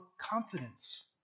confidence